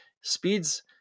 Speed's